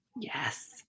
yes